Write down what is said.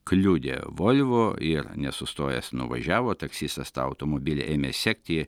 kliudė volvo ir nesustojęs nuvažiavo taksistas tą automobilį ėmė sekti